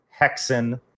Hexen